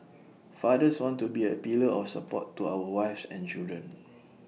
fathers want to be A pillar of support to our wives and children